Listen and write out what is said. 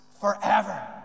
forever